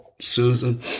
Susan